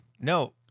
No